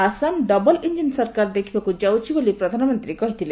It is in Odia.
ଆସାମ ଡବଲ ଇଞ୍ଜିନ ସରକାର ଦେଖିବାକୁ ଯାଉଛି ବୋଲି ପ୍ରଧାନମନ୍ତ୍ରୀ କହିଛନ୍ତି